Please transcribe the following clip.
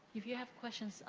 if you have questions,